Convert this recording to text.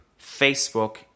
Facebook